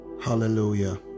Hallelujah